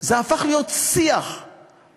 זה הפך להיות שיח ברור,